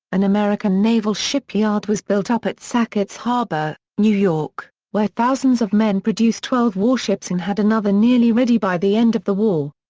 an american naval shipyard was built up at sackets harbor, new york, where thousands of men produced twelve warships and had another nearly ready by the end of the war.